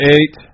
Eight